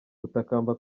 gutakamba